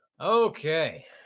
Okay